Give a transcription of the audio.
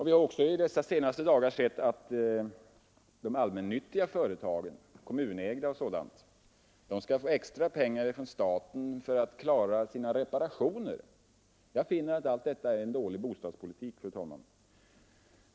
Vi har också under de senaste dagarna sett att de allmännyttiga företagen, kommunägda och liknande, skall få extra pengar från staten för att klara sina reparationer. Jag finner att allt det här är en dålig bostadspolitik, herr talman.